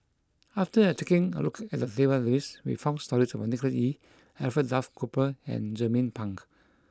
after taking a look at the database we found stories about Nicholas Ee Alfred Duff Cooper and Jernnine Pang